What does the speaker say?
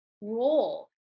role